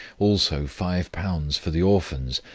also five pounds for the orphans,